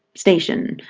station,